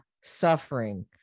suffering